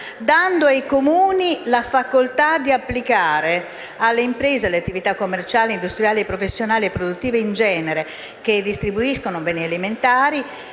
dando ai Comuni la facoltà di applicare alle imprese, alle attività commerciali, industriali, professionali e produttive in genere, che distribuiscono beni alimentari